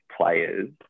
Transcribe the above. players